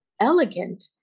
elegant